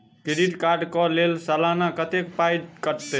Credit card कऽ लेल सलाना कत्तेक पाई कटतै?